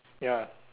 ya